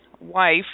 wife